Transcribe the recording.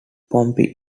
pompey